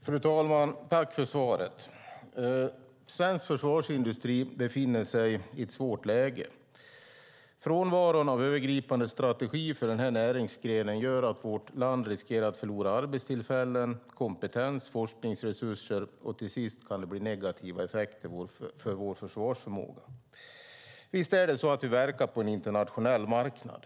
Fru talman! Jag tackar försvarsministern för svaret. Svensk försvarsindustri befinner sig i ett svårt läge. Frånvaron av en övergripande strategi för denna näringsgren gör att vårt land riskerar att förlora arbetstillfällen, kompetens och forskningsresurser. Till sist kan det bli negativa effekter för vår försvarsförmåga. Visst är det så att vi verkar på en internationell marknad.